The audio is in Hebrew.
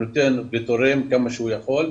נותן ותורם כמה שהוא יכול,